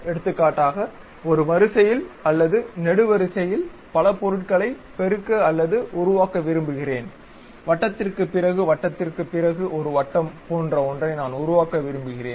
எடுத்துக்காட்டாக ஒரு வரிசையில் அல்லது நெடுவரிசையில் பல பொருட்களை பெருக்க அல்லது உருவாக்க விரும்புகிறேன் வட்டத்திற்குப் பிறகு வட்டத்திற்குப் பிறகு ஒரு வட்டம் போன்ற ஒன்றை நான் உருவாக்க விரும்புகிறேன்